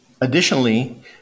Additionally